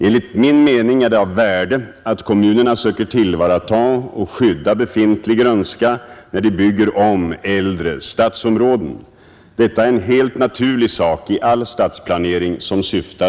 Enligt min mening är det av värde att kommunerna söker tillvarata och skydda befintlig grönska när de bygger om äldre stadsområden. Detta är en helt naturlig sak i all stadsplanering som syftar